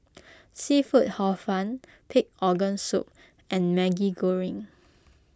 Seafood Hor Fun Pig Organ Soup and Maggi Goreng